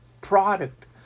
product